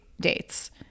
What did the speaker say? dates